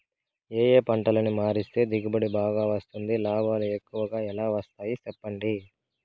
ఏ ఏ పంటలని మారిస్తే దిగుబడి బాగా వస్తుంది, లాభాలు ఎక్కువగా ఎలా వస్తాయి సెప్పండి